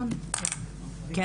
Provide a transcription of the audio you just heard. כן?